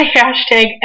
hashtag